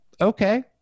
okay